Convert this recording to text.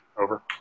Over